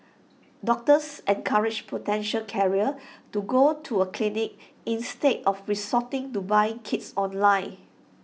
doctors encouraged potential carriers to go to A clinic instead of resorting to buying kits online